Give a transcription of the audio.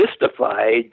mystified